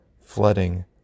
Flooding